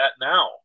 now